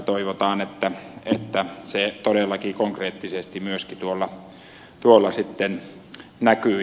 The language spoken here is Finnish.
toivotaan että se todellakin konkreettisesti myöskin tuolla näkyy ja tuntuu